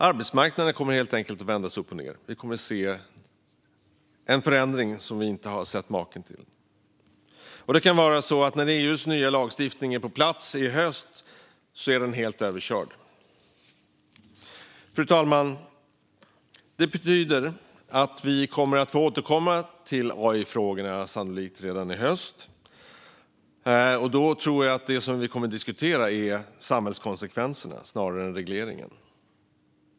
Arbetsmarknaden kommer att vändas upp och ned, och vi kommer att se en förändring vi aldrig sett maken till. Fru talman! Det kan vara så att EU:s nya lagstiftning redan är överspelad när den kommer på plats. Det betyder att vi sannolikt får återkomma till AI-frågorna i höst och att vi då kommer att diskutera samhällskonsekvenserna snarare än regleringen.